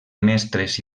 mestres